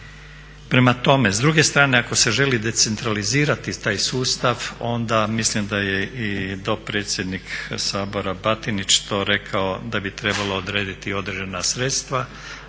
Prema tome, s druge strane ako se želi decentralizirati taj sustav onda mislim da je i dopredsjednik Sabora Batinić to rekao da bi trebalo odrediti određena sredstva